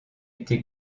été